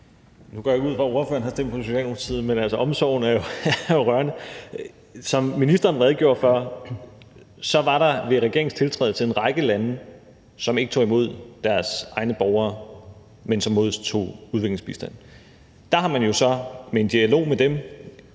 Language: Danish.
på Socialdemokratiet, men omsorgen er jo rørende. Som ministeren redegjorde for, var der ved regeringens tiltrædelse en række lande, som ikke tog imod deres egne borgere, men som modtog udviklingsbistand. Der er man jo så i en dialog med dem